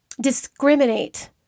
discriminate